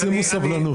שימו סבלנות.